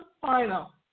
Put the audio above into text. final